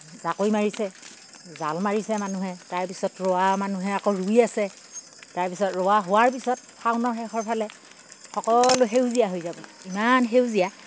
জাকৈ মাৰিছে জাল মাৰিছে মানুহে তাৰপিছত ৰোৱা মানুহে আকৌ ৰুই আছে তাৰপিছত ৰোৱা হোৱাৰ পিছত শাওণৰ শেষৰ ফালে সকলো সেউজীয়া হৈ যাব ইমান সেউজীয়া